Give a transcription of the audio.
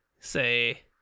say